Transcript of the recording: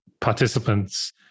participants